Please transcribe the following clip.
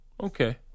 Okay